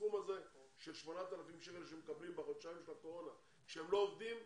הסכום הזה של 8,000 שקלים שמקבלים בחודשיים של הקורונה כשהם לא עובדים,